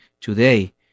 today